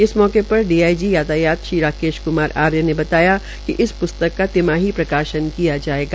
इस अवसर पर डीआड्रजी यातयात श्री राकेश क्मार आर्य ने बताया कि इस पुस्तक का तिमाही प्रकाशन किया जायेगा